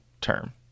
term